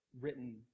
written